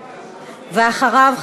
ואחריו,